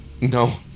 No